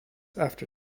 after